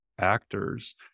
actors